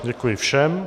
Děkuji všem.